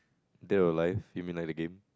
they're alive you mean like the game